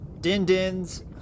Din-dins